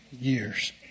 years